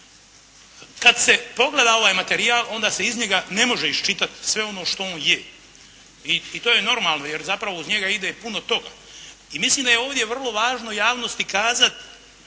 Kad se pogleda ovaj materijal onda se iz njega ne može iščitati sve ono što on je i to je normalno jer zapravo uz njega ide puno toga i mislim da je ovdje vrlo važno javnosti kazati